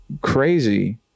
crazy